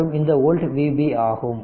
மற்றும் இந்த old Vb ஆகும்